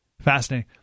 fascinating